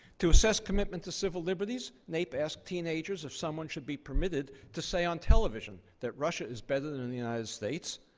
to assess commitment to civil liberties, naep asked teenagers if someone should be permitted to say on television that russia is better than and the united states,